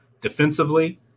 Defensively